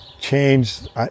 changed